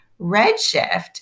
Redshift